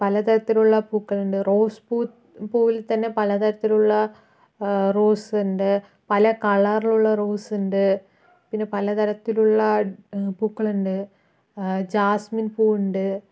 പലതരത്തിലുള്ള പൂക്കളുണ്ട് റോസ് പൂ പൂവിൽ തന്നെ പലതരത്തിലുള്ള റോസുണ്ട് പല കളറിലുള്ള റോസുണ്ട് പിന്നെ പലതരത്തിലുള്ള പൂക്കളുണ്ട് ജാസ്മിൻ പൂ ഉണ്ട്